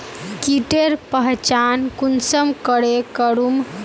कीटेर पहचान कुंसम करे करूम?